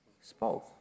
Spoke